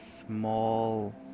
small